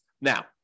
Now